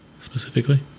specifically